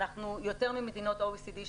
אנחנו יותר ממדינות ה-OECD,